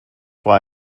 why